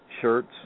shirts